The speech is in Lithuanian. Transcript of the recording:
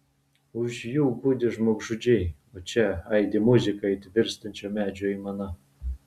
už jų budi žmogžudžiai o čia aidi muzika it virstančio medžio aimana